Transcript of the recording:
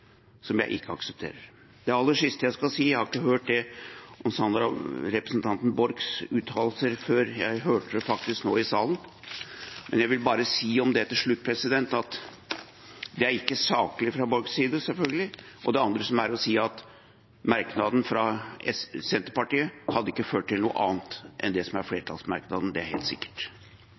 som jeg ikke aksepterer. Det aller siste jeg skal si, er: Jeg ikke har hørt representanten Borchs uttalelser før jeg hørte det nå i salen, men jeg vil bare si om det til slutt at det selvfølgelig ikke er saklig fra Borchs side. Det andre som er å si, er at merknaden fra Senterpartiet ikke hadde ført til noe annet enn det som er flertallsmerknaden, det er helt sikkert.